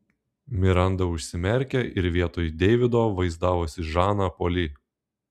miranda užsimerkė ir vietoj deivido vaizdavosi žaną polį